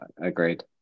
agreed